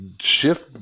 shift